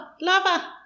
Lava